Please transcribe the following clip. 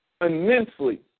immensely